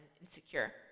insecure